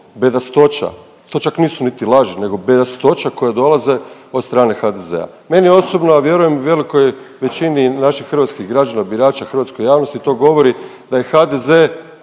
bedastoća to čak nisu niti laži nego bedastoće koje dolaze od strane HDZ-a. Meni osobno, a vjerujem i velikoj većini naših hrvatskih građana birača, hrvatskoj javnosti to govori da je HDZ